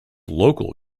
local